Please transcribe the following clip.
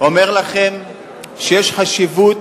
אומר לכם שיש חשיבות